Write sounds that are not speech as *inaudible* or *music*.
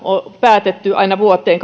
on päätetty aina vuoteen *unintelligible*